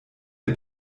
der